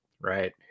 right